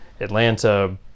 Atlanta